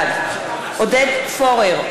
בעד עודד פורר,